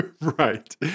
Right